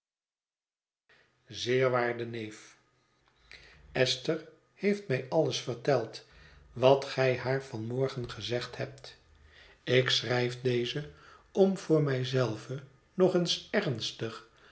zeer waarde neef esther heeft mij alles verteld wat gij haar van morgen gezegd hebt ik schrijf dezen om voor mij zelve nog eens ernstig